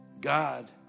God